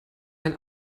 ein